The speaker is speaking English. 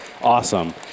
Awesome